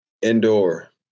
Indoor